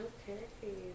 Okay